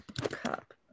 cup